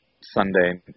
Sunday